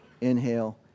inhale